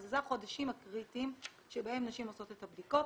אלה החודשים הקריטיים שבהם נשים עושות את הבדיקות